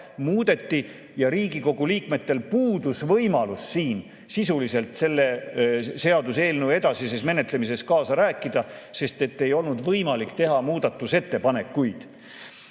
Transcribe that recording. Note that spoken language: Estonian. muudeti. Ja Riigikogu liikmetel puudus võimalus siin sisuliselt selle seaduseelnõu edasises menetlemises kaasa rääkida, sest ei olnud võimalik teha muudatusettepanekuid.